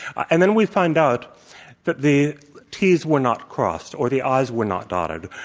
and then we find out that the t's were not crossed or the i's were not dotted,